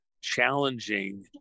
challenging